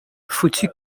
foutu